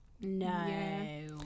No